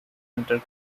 under